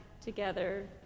together